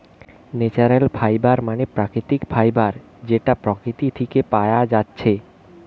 natural fibre মানে প্রাকৃতিক fibre যেটা প্রকৃতি থিকে পায়া যাচ্ছে